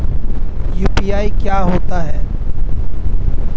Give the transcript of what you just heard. UPI क्या होता है?